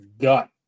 gut